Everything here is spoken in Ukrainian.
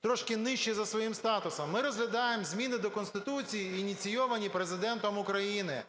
трошки нижчі за своїм статусом. Ми розглядаємо зміни до Конституції, ініційовані Президентом України,